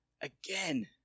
again